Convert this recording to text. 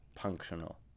Functional